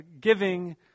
giving